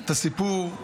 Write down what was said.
את הסיפור,